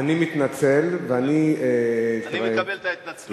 אני מתנצל, אני מקבל את ההתנצלות.